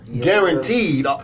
Guaranteed